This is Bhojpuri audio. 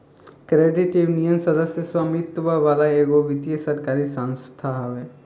क्रेडिट यूनियन, सदस्य स्वामित्व वाला एगो वित्तीय सरकारी संस्था हवे